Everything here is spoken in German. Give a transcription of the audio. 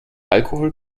alkohol